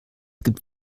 gibt